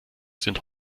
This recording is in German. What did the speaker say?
sind